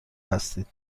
هستید